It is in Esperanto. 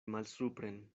malsupren